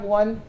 one